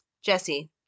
Jesse